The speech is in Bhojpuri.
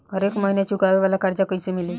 हरेक महिना चुकावे वाला कर्जा कैसे मिली?